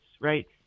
right